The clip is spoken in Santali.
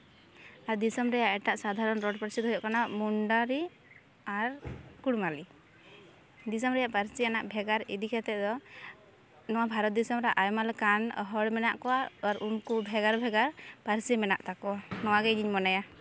ᱟᱨ ᱫᱤᱥᱚᱢ ᱨᱮᱭᱟᱜ ᱮᱴᱟᱜ ᱥᱟᱫᱷᱟᱨᱚᱱ ᱨᱚᱲ ᱯᱟᱹᱨᱥᱤ ᱫᱚ ᱦᱩᱭᱩᱜ ᱠᱟᱱᱟ ᱢᱩᱱᱰᱟᱨᱤ ᱟᱨ ᱠᱩᱲᱢᱟᱞᱤ ᱫᱤᱥᱚᱢ ᱨᱮᱱᱟᱜ ᱯᱟᱹᱨᱥᱤ ᱟᱱᱟᱜ ᱵᱷᱮᱜᱟᱨ ᱤᱫᱤ ᱠᱟᱛᱮ ᱫᱚ ᱱᱚᱣᱟ ᱵᱷᱟᱨᱚᱛ ᱫᱤᱥᱚᱢ ᱨᱮ ᱟᱭᱢᱟ ᱞᱮᱠᱟᱱ ᱦᱚᱲ ᱢᱮᱱᱟᱜ ᱠᱚᱣᱟ ᱟᱨ ᱩᱱᱠᱩ ᱵᱷᱮᱜᱟᱨ ᱵᱷᱮᱜᱟᱨ ᱯᱟᱹᱨᱥᱤ ᱢᱮᱱᱟᱜ ᱛᱟᱠᱚᱣᱟ ᱱᱚᱣᱟᱜᱮ ᱤᱧᱤᱧ ᱢᱚᱱᱮᱭᱟ